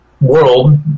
world